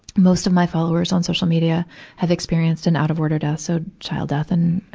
most of my followers on social media have experienced an out-of-order death, so child death and,